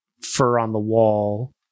fur-on-the-wall